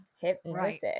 hypnosis